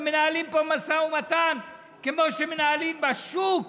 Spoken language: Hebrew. ומנהלים פה משא ומתן כמו שמנהלים בשוק,